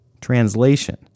Translation